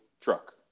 truck